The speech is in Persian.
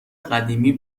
قدیمی